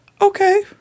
okay